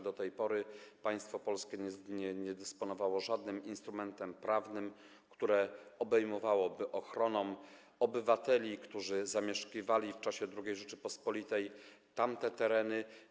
Do tej pory państwo polskie nie dysponowało żadnym instrumentem prawnym, który obejmowałby ochroną obywateli, którzy zamieszkiwali w czasie II Rzeczypospolitej tamte tereny.